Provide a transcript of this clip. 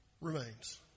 remains